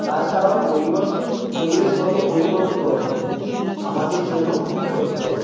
তাছাড়াও পরিবেশ পরিবেশগত পরিবর্তন আমাদের জন্য খুবই ক্ষতিকর